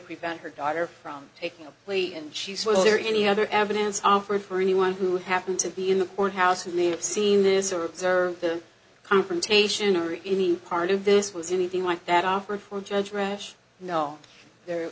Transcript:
prevent her daughter from taking a plea and she swallowed or any other evidence offered for anyone who happened to be in the courthouse and live seen this or observed the confrontation or any part of this was anything like that offered for judge rash no there